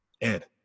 Ed